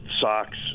socks